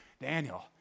Daniel